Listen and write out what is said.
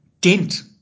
dent